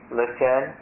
listen